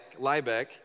Liebeck